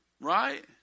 Right